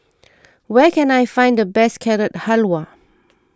where can I find the best Carrot Halwa